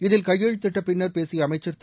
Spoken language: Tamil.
இதில் கையெழுத்திட்ட பின்னர் பேசிய அமைச்சர் திரு